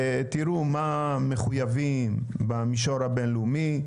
ותראו מה מחויבים במישור הבינלאומי?